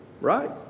right